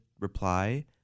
reply